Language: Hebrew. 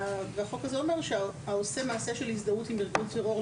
והחוק הזה אומר שהעושה מעשה של הזדהות עם ארגון טרור,